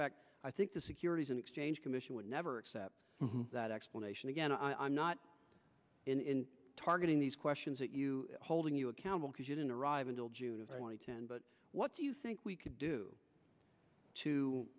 fact i think the securities and exchange commission would never accept that explanation again i'm not in targeting these questions that you holding you accountable because you didn't arrive until june of two thousand and ten but what do you think we could do to